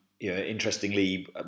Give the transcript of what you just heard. Interestingly